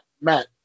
Matt